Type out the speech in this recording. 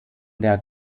der